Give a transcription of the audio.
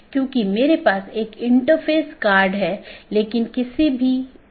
BGP पड़ोसी या BGP speaker की एक जोड़ी एक दूसरे से राउटिंग सूचना आदान प्रदान करते हैं